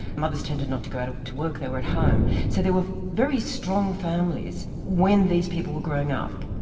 mothers tended not to go out to to work they were at home, so they were very strong families when these people were growing up.